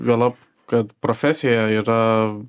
juolab kad profesija yra